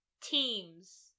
teams